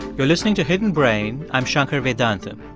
you're listening to hidden brain. i'm shankar vedantam.